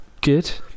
good